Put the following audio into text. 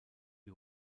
die